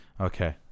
Okay